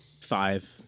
Five